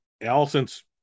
Allison's